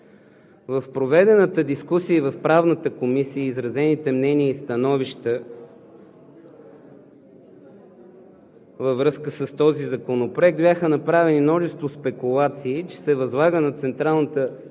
В проведената дискусия в Правната комисия и изразените мнения и становища във връзка с този законопроект бяха направени множество спекулации, че се възлага на Централната